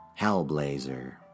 Hellblazer